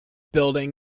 building